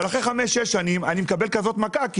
אחרי חמש-שש שנים אני מקבל כזאת מכה כי